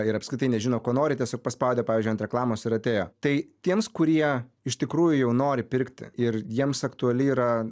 ir apskritai nežino ko nori tiesiog paspaudė pavyzdžiui ant reklamos ir atėjo tai tiems kurie iš tikrųjų jau nori pirkti ir jiems aktuali yra